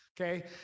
Okay